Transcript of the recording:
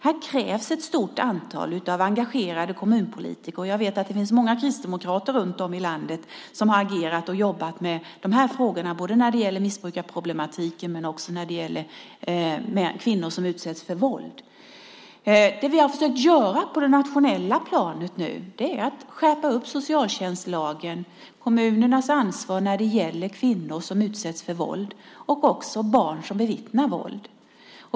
Här krävs ett stort antal engagerade kommunpolitiker, och jag vet att det finns många kristdemokrater runt om i landet som har agerat för och jobbat med dessa frågor, både när det gäller missbrukarproblematiken och kvinnor som utsätts för våld. Det vi har försökt att göra på det nationella planet är att skärpa socialtjänstlagen och kommunernas ansvar när det gäller kvinnor som utsätts för våld, och också barn som bevittnar våld.